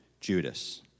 Judas